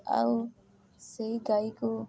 ଆଉ ସେଇ ଗାଈକୁ